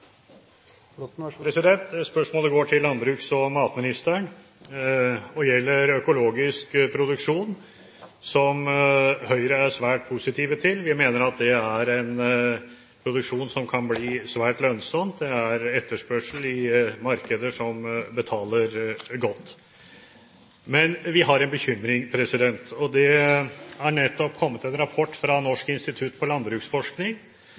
Spørsmålet går til landbruks- og matministeren og gjelder økologisk produksjon, som Høyre er svært positiv til. Vi mener at det er en produksjon som kan bli svært lønnsom. Det er etterspørsel i markeder som betaler godt. Men vi har en bekymring. Det er nettopp kommet en rapport fra Norsk institutt for